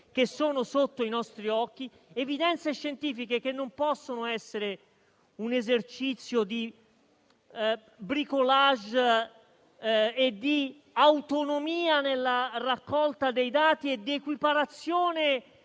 che sono sotto i nostri occhi. Tali evidenze scientifiche non possono essere un esercizio di *bricolage* e di autonomia nella raccolta dei dati e di equiparazione